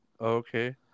Okay